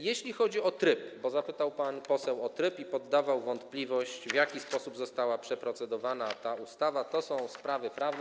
Jeśli chodzi o tryb, bo zapytał pan poseł o tryb i podawał w wątpliwość to, w jaki sposób została przeprocedowana ta ustawa - to są sprawy prawne.